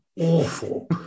awful